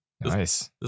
Nice